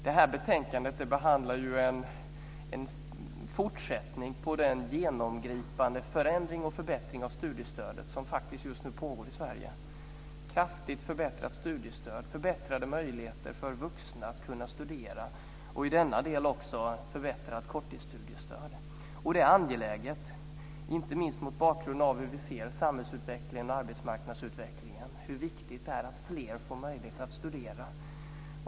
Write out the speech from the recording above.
Det här betänkandet behandlar en fortsättning på den genomgripande förändring och förbättring av studiestödet som just nu pågår i Sverige. Det är ett kraftigt förbättrat studiestöd, förbättrade möjligheter för vuxna att studera och i denna del också ett förbättrat korttidsstudiestöd. Det är angeläget, inte minst mot bakgrund av hur vi ser på samhällsutvecklingen och arbetsmarknadsutvecklingen, hur viktigt det är att fler får möjlighet att studera.